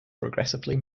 progressively